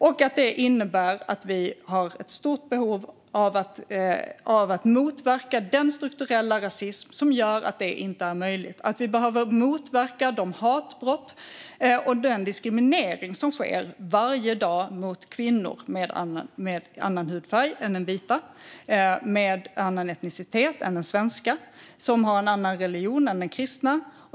Detta innebär att vi har ett stort behov av att motverka den strukturella rasism som gör att det inte är möjligt. Vi behöver motverka de hatbrott och den diskriminering som sker varje dag mot kvinnor med annan hudfärg än den vita, med annan etnicitet än den svenska, som har en annan religion än den kristna.